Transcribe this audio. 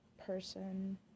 person